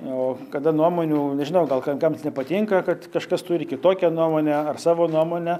o kada nuomonių nežinau gal kam kam nepatinka kad kažkas turi kitokią nuomonę ar savo nuomonę